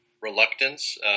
reluctance